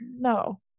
no